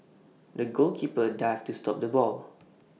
the goalkeeper dived to stop the ball